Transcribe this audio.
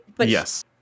Yes